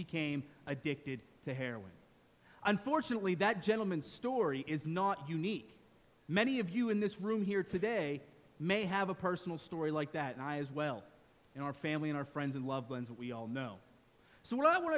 became addicted to heroin unfortunately that gentleman story is not unique many of you in this room here today may have a personal story like that and i as well in our family our friends and loved ones we all know so well i want